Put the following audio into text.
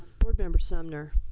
board member sumner.